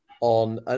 on